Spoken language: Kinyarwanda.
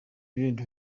n’ibindi